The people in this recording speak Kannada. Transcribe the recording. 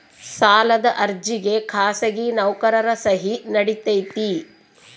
ಸಾಲದ ಅರ್ಜಿಗೆ ಖಾಸಗಿ ನೌಕರರ ಸಹಿ ನಡಿತೈತಿ?